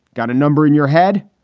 got a number in your head.